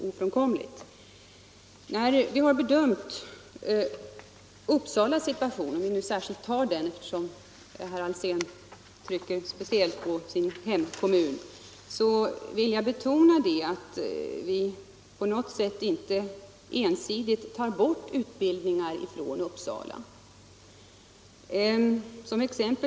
Beträffande Uppsalas situation — jag vill nämna den eftersom herr Alsén speciellt lägger tonvikten på sin hemkommun -— vill jag erinra om att vi inte ensidigt tar bort utbildning från Uppsala.